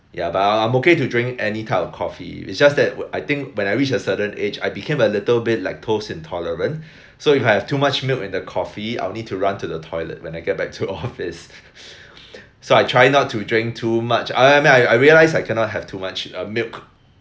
ya but I'm okay to drink any type of coffee is just that I think when I reach a certain age I became a little bit lactose intolerant so if I have too much milk in the coffee I'll need to run to the toilet when I get back to office so I try not to drink too much I I mean I I realise cannot have too much uh milk